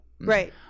Right